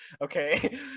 okay